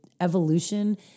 evolution